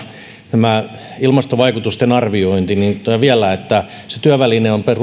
tämä ilmastovaikutusten arviointi sanon vielä että se työväline on